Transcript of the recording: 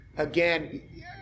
Again